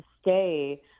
stay